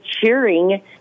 cheering